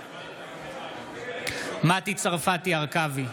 בעד מטי צרפתי הרכבי,